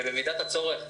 ובמידת הצורך,